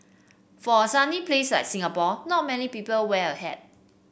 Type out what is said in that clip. for a sunny place like Singapore not many people wear a hat